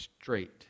straight